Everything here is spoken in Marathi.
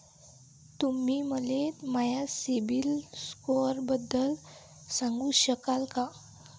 तुम्ही मले माया सीबील स्कोअरबद्दल सांगू शकाल का?